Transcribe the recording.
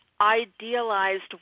idealized